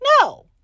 No